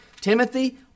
Timothy